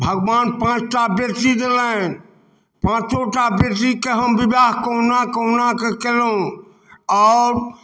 भगवान पाँच टा बेटी देलनि पाँचो टा बेटी के हम विवाह कहुना कहुना के केलहुॅं आओर